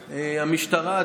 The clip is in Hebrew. המשטרה,